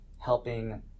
helping